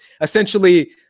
essentially